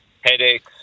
headaches